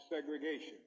segregation